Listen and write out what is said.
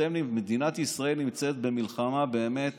מדינת ישראל נמצאת במלחמה באמת